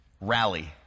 rally